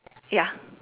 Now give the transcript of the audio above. ya